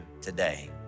today